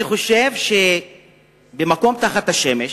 אני חושב ש"מקום תחת השמש"